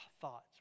thoughts